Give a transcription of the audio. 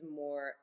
more